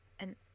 and